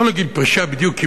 לא לגיל פרישה בדיוק,